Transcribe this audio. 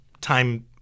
time